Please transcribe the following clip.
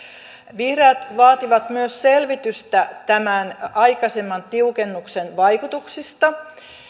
vihreät vaativat myös selvitystä tämän aikaisemman tiukennuksen vaikutuksista